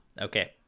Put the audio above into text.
okay